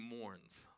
mourns